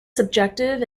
subjective